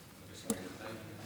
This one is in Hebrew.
למה שניים?